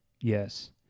Yes